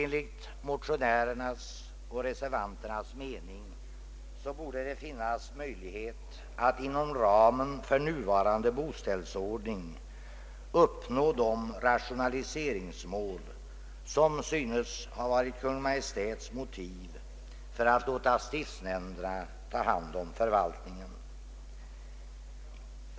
Enligt motionärernas och reservanternas mening bör det finnas möjlighet att inom ramen för nuvarande boställsordning uppnå de rationaliseringsmål som synes ha varit Kungl. Maj:ts motiv för att låta stiftsnämnderna ta hand om förvaltningen.